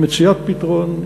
עם מציאת פתרון,